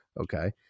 Okay